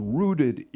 rooted